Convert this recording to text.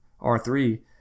R3